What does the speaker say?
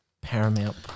Paramount